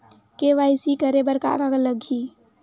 KYC करे बर का का लगही?